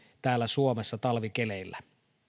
täällä suomessa talvikeleillä